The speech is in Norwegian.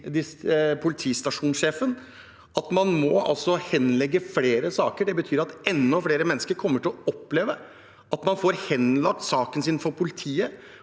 politistasjonssjefen at man må henlegge flere saker. Det betyr at enda flere mennesker kommer til å oppleve å få saken sin henlagt av politiet.